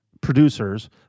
producers